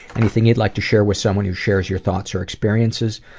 anything you'd like to share with someone who shares your thoughts or experiences?